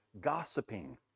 gossiping